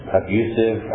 abusive